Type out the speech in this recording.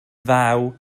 ddaw